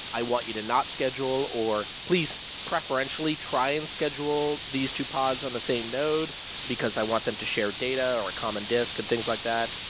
i want you to not schedule, or please preferentially try and schedule these two pods on the same node because i want them to share data or a common disc, and things like that.